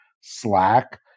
slack